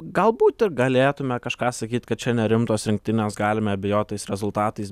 galbūt ir galėtume kažką sakyt kad čia nerimtos rinktinės galime abejot tais rezultatais